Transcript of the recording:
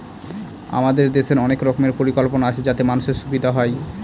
আমাদের দেশের অনেক রকমের পরিকল্পনা আছে যাতে মানুষের সুবিধা হয়